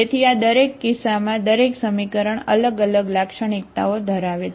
તેથી આ દરેક કિસ્સામાં દરેક સમીકરણ અલગ અલગ લાક્ષણિકતાઓ ધરાવે છે